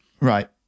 Right